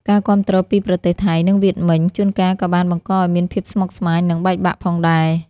ការគាំទ្រពីប្រទេសថៃ និងវៀតមិញ ជួនកាលក៏បានបង្កឱ្យមានភាពស្មុគស្មាញ និងបែកបាក់ផងដែរ។